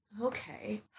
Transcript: okay